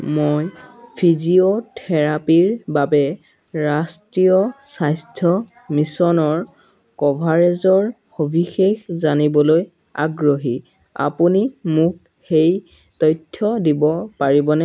মই ফিজিঅ'থেৰাপিৰ বাবে ৰাষ্ট্ৰীয় স্বাস্থ্য মিছনৰ কভাৰেজৰ সবিশেষ জানিবলৈ আগ্ৰহী আপুনি মোক সেই তথ্য দিব পাৰিবনে